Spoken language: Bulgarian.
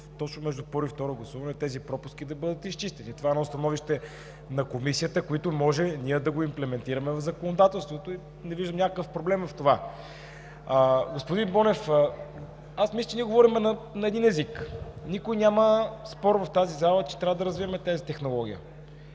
точно между първо и второ гласуване тези пропуски да бъдат изчистени. Това е едно становище на Комисията, което може ние да го имплементираме в законодателството и не виждам някакъв проблем в това. Господин Бонев, мисля, че ние говорим на един език. Никой няма спор в залата, че трябва да развиваме тази технология.